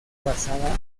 basada